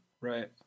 right